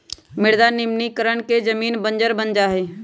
मृदा निम्नीकरण से जमीन बंजर बन जा हई